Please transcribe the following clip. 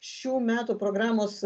šių metų programos